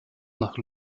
nach